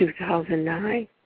2009